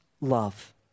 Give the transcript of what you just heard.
love